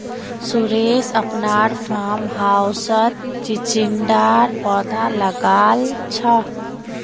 सुरेश अपनार फार्म हाउसत चिचिण्डार पौधा लगाल छ